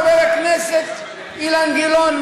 חבר הכנסת אילן גילאון,